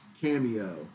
cameo